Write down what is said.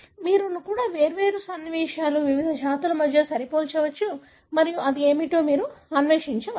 మీరు కూడా వేర్వేరు సన్నివేశాలు వివిధ జాతుల మధ్య సరిపోల్చవచ్చు మరియు అది ఏమిటో మీరు అన్వేషించవచ్చు